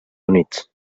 units